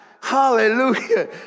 Hallelujah